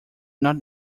not